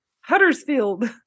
Huddersfield